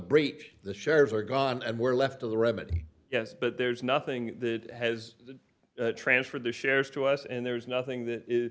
breach the shares are gone and we're left to the remedy yes but there's nothing that has to transfer the shares to us and there's nothing that